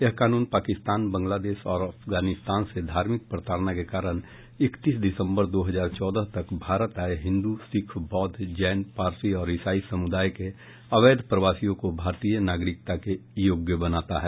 यह कानून पाकिस्तान बंगलादेश और अफगानिस्तान से धार्मिक प्रताड़ना के कारण इकतीस दिसम्बर दो हजार चौदह तक भारत आये हिन्दू सिख बौद्ध जैन पारसी और इसाई समुदाय के अवैध प्रवासियों को भारतीय नागरिकता के योग्य बनाता है